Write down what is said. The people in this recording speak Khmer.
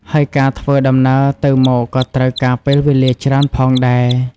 ហើយការធ្វើដំណើរទៅមកក៏ត្រូវការពេលវេលាច្រើនផងដែរ។